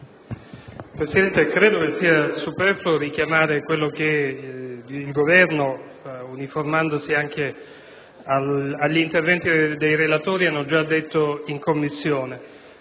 Presidente, credo che sia superfluo richiamare quello che il Governo, uniformandosi anche agli interventi dei relatori, ha già detto in Commissione.